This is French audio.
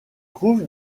trouve